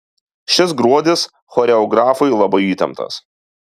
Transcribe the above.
šis gruodis choreografui labai įtemptas